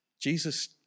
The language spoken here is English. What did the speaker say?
Jesus